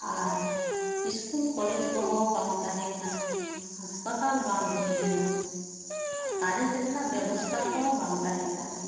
ᱟᱨ school college ᱠᱚᱦᱚᱸ ᱵᱟᱝ ᱛᱟᱦᱮᱸ ᱠᱟᱱᱟ ᱦᱟᱥᱯᱟᱛᱟᱞ ᱵᱟᱝ ᱦᱩᱭ ᱞᱮᱱᱟ ᱠᱟᱱᱮᱠᱴ ᱨᱮᱱᱟᱝ ᱵᱮᱵᱚᱥᱛᱟ ᱠᱚᱦᱚᱸ ᱵᱟᱝ ᱛᱟᱦᱮᱸ ᱠᱟᱱᱟ